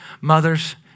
Mothers